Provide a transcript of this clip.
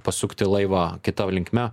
pasukti laivą kita linkme